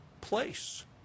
place